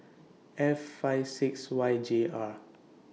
F five six Y J R